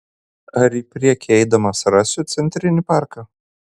ar į priekį eidamas rasiu centrinį parką